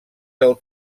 del